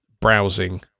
browsing